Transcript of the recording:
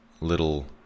little